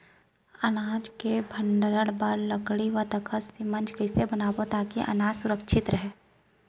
अनाज के भण्डारण बर लकड़ी व तख्ता से मंच कैसे बनाबो ताकि अनाज सुरक्षित रहे?